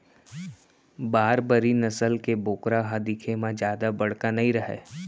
बारबरी नसल के बोकरा ह दिखे म जादा बड़का नइ रहय